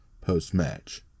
post-match